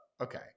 okay